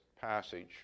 passage